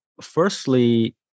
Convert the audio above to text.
firstly